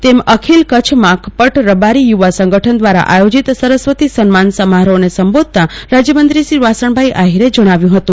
તેમ અખિલ કચ્છ માકપટ રબારી યુવા સંગઠ્ઠન દ્વારા આયોજિત સરસ્વતિ સન્માન સમારોહને સંબોધતા રાજયમંત્રી શ્રી વાસણભાઈ આહિરે જણાવ્યું હતું